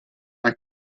one